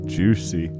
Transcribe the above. juicy